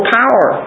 power